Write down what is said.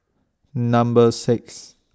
Number six